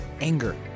anger